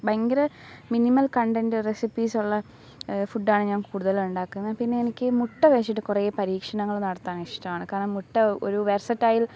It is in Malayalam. ഭയങ്കര മിനിമൽ കണ്ടെൻറ്റ് റെസിപ്പീസൊള്ള ഫുഡാണ് ഞാൻ കൂടുതലുണ്ടാക്കുന്നത് പിന്നെ എനിക്ക് മുട്ട വെച്ചിട്ട് കുറെ പരീക്ഷണങ്ങൾ നടത്താൻ ഇഷ്ട്ടമാണ് കാരണം മുട്ട ഒരു വെർസറ്റയിൽ